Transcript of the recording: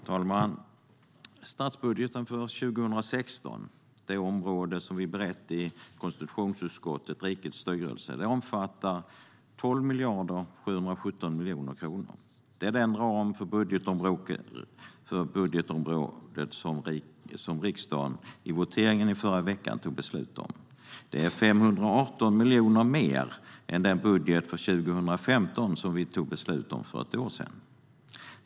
Herr talman! Statsbudgeten för 2016, det område som vi har berett i konstitutionsutskottet, Rikets styrelse, omfattar 12 717 000 000 kronor. Det är den ram för budgetområdet Rikets styrelse som riksdagen i voteringen i förra veckan fattade beslut om. Det är 518 miljoner mer än den budget för 2015 som vi fattade beslut om för ett år sedan.